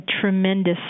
tremendous